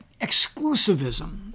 exclusivism